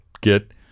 get